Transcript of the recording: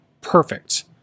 perfect